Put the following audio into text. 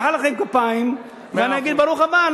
אמחא כפיים ואגיד ברוך הבא.